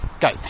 go